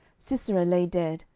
sisera lay dead,